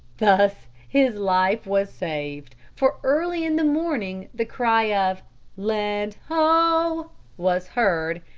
thus his life was saved, for early in the morning the cry of land ho! was heard,